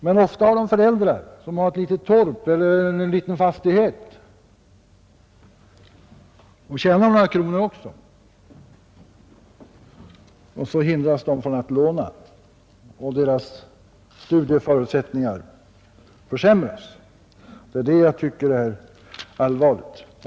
Men ofta har dessa elevers föräldrar ett litet torp eller en liten fastighet och de kanske också tjänar några kronor. På grund härav hindras dessa elever från att låna pengar och deras studieförutsättningar försämras. Det är det jag tycker är allvarligt.